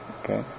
Okay